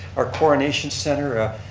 our coronation center